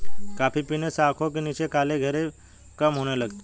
coffee पीने से आंखों के नीचे काले घेरे कम होने लगते हैं